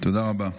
תודה רבה.